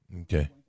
Okay